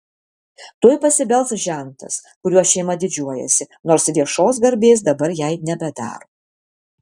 tuoj pasibels žentas kuriuo šeima didžiuojasi nors viešos garbės dabar jai nebedaro